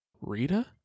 Rita